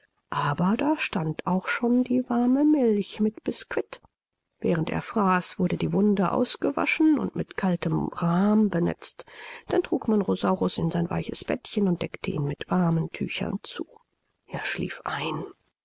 aber da stand auch schon die warme milch mit bisquit während er fraß wurde die wunde ausgewaschen und mit kaltem rahm benetzt dann trug man rosaurus in sein weiches bettchen und deckte ihn mit warmen tüchern zu er schlief ein